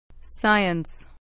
science